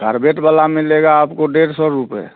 Corbett वाला मिलेगा आपको डेढ़ सौ रुपये